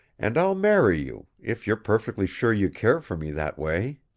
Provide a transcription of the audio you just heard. and i'll marry you, if you're perfectly sure you care for me that way.